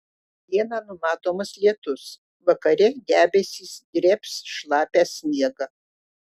dieną numatomas lietus vakare debesys drėbs šlapią sniegą